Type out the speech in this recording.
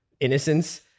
innocence